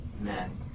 man